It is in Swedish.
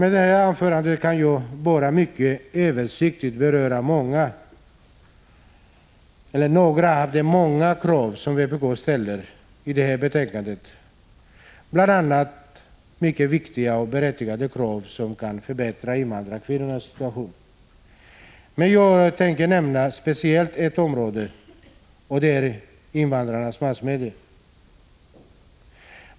I detta anförande kan jag bara mycket översiktligt beröra några av de många krav som vpk ställer i betänkandet, bl.a. mycket viktiga och berättigade krav som kan förbättra invandrarkvinnornas situation. Men jag tänker nämna speciellt ett område, och det är invandrarnas massmedia.